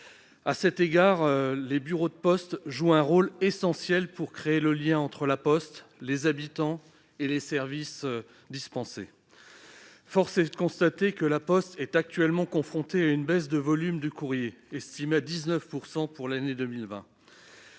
À cet égard, les bureaux de poste jouent un rôle essentiel pour créer le lien entre La Poste, les habitants et les services dispensés. Force est de constater que La Poste est actuellement confrontée à une baisse de volume du courrier, estimée à 19 % pour l'année 2020.